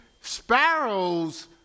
sparrows